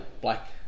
black